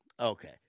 Okay